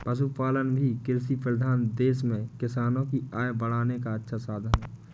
पशुपालन भी कृषिप्रधान देश में किसानों की आय बढ़ाने का अच्छा साधन है